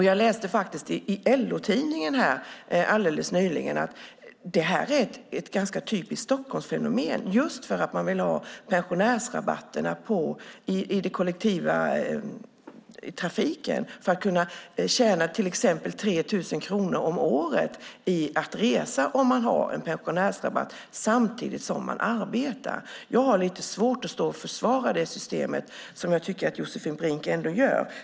Jag läste i LO-tidningen att detta är ett ganska typiskt Stockholmsfenomen, för man vill ha pensionärsrabatt i kollektivtrafiken samtidigt som man arbetar och kunna tjäna till exempel 3 000 kronor om året på att resa. Jag har lite svårt att försvara detta system, vilket jag tycker att Josefin Brink ändå gör.